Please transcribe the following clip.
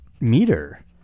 meter